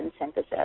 synthesis